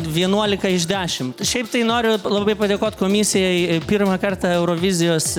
vienuolika iš dešimt šiaip tai noriu labai padėkot komisijai pirmą kartą eurovizijos